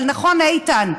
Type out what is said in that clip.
אבל נכון, איתן,